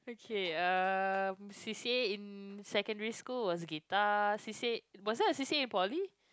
okay um C_C_A in secondary school was guitar C_C_A was there C_C_A in poly